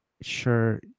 Sure